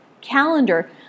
calendar